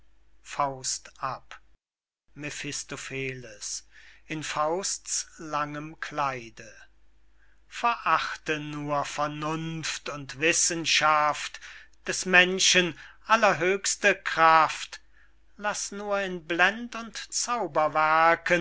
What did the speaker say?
faust ab mephistopheles in faust's langem kleide verachte nur vernunft und wissenschaft des menschen allerhöchste kraft laß nur in blend und